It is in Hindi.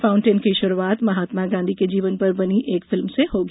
फाउंटेन की शुरुआत महात्मा गांधी के जीवन पर बनी एक फिल्म से होगी